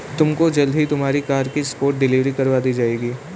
तुमको जल्द ही तुम्हारी कार की स्पॉट डिलीवरी करवा दी जाएगी